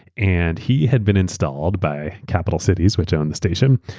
and he had been installed by capital cities, which owned the station,